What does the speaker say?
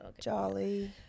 Jolly